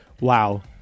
wow